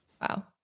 Wow